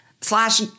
slash